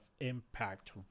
Impact